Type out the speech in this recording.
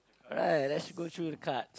alright let's go through the card